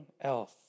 else